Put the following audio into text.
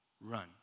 Run